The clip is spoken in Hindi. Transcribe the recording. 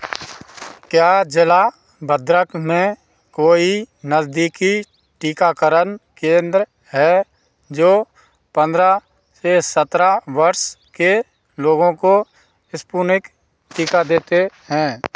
क्या जिला भद्रक में कोई नज़दीकी टीकाकरण केंद्र है जो पंद्रह से सत्रह वर्ष के लोगों को इस्पुनिक टीका देते हैं